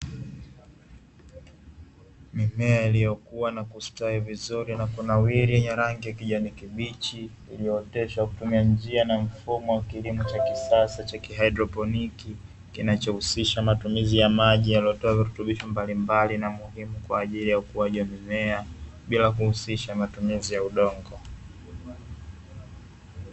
Mimea iliyokua na kustawi vizuri na kunawiri kwa rangi ya kijani kibichi, iliyooteshwa kwa njia na mfumo wa kilimo cha kisasa cha haidroponiki, kinachohusisha matumizi ya maji yaliyotiwa virutubisho mbalimbali na muhimu kwa ajili ya ukuaji wa mimea bila kuhusisha matumizi ya udongo.